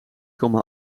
komma